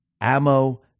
Ammo